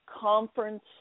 conference